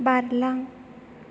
बारलां